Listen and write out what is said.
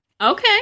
Okay